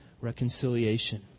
reconciliation